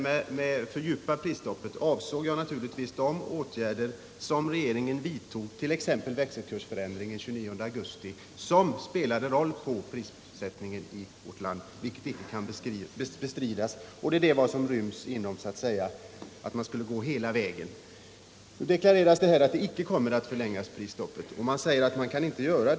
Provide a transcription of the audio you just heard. Med en fördjupning av prisstoppet avsåg jag naturligtvis de åtgärder som regeringen vidtog, t.ex. växelkursförändringen den 29 augusti, som spelade en roll för prissättningen i vårt land — vilket icke kan bestridas — och som ryms inom uttrycket att man skulle gå hela vägen. Nu deklareras det här att prisstoppet icke kommer att förlängas.